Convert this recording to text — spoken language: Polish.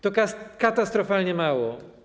To katastrofalnie mało.